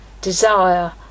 desire